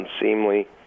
unseemly